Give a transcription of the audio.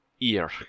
Ear